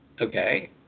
Okay